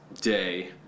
day